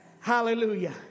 Hallelujah